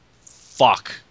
Fuck